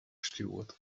stjoerd